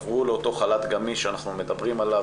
תעברו לאותו חל"ת גמיש שאנחנו מדברים עליו,